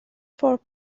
for